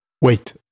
wait